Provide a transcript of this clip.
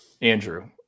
Andrew